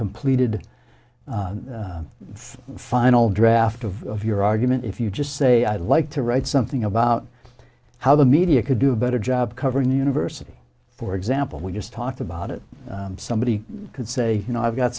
completed final draft of your argument if you just say i like to write something about how the media could do a better job covering university for example we just talked about it somebody could say you know i've got